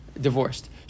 divorced